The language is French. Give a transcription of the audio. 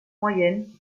moyenne